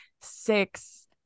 six